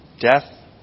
death